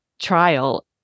trial